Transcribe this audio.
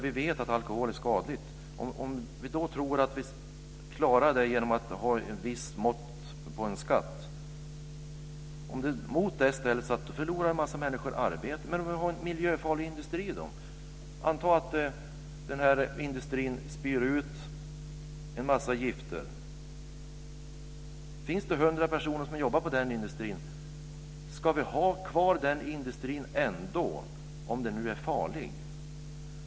Vi vet att alkohol är skadligt. Vi kan motverka detta genom att ha en viss nivå på en skatt och mot detta ställa att en massa människor förlorar arbeten. Men hur är det då med miljöfarlig industri? Anta att 100 personer jobbar i denna industri som spyr ut en massa gifter. Ska vi ändå ha kvar industrin om den nu är farlig?